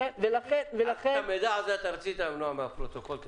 את המידע הזה רצית למנוע מן הפרוטוקול?